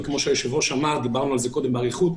וכמו שהיושב-ראש אמר דיברנו על זה קודם באריכות,